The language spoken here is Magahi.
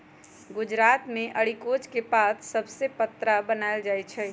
गुजरात मे अरिकोच के पात सभसे पत्रा बनाएल जाइ छइ